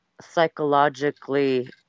psychologically